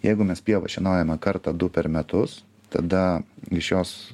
jeigu mes pievas šienaujame kartą du per metus tada iš jos